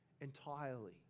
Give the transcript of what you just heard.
Entirely